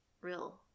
Real